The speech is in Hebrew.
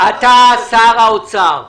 "אתה שר האוצר,